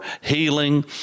healing